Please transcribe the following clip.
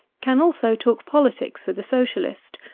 can also talk politics with a socialist,